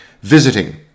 Visiting